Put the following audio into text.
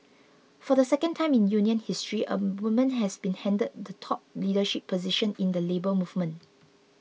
for the second time in union history a woman has been handed the top leadership position in the Labour Movement